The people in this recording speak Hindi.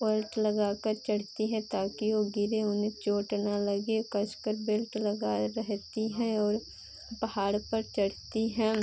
वेल्ट लगाकर चढ़ती हैं ताकि वह गिरे उन्हें चोट ना लगे कसकर बेल्ट लगाए रहती हैं और पहाड़ों पर चढ़ती हैं